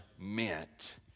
meant